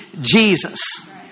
Jesus